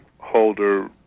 holder